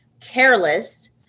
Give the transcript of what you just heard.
careless